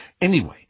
Anyway